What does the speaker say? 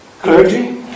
clergy